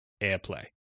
airplay